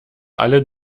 alle